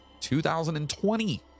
2020